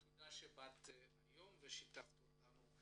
תודה שבאת לכאן היום ושיתפת אותנו.